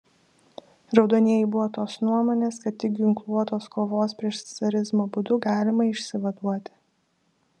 raudonieji buvo tos nuomonės kad tik ginkluotos kovos prieš carizmą būdu galima išsivaduoti